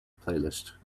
playlist